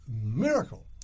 miracle